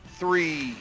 three